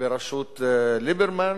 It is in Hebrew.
בראשות ליברמן,